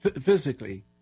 physically